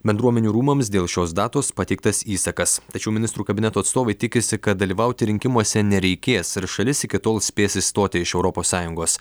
bendruomenių rūmams dėl šios datos pateiktas įsakas tačiau ministrų kabineto atstovai tikisi kad dalyvauti rinkimuose nereikės ir šalis iki tol spės išstoti iš europos sąjungos